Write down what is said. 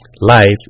Life